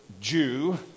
Jew